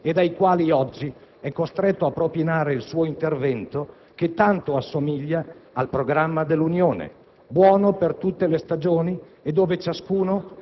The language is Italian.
Ipotizza una concreta capacità europea di organizzare una difesa comune, ben sapendo che l'Europa, come sempre, ricorrerà al satana americano.